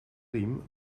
riem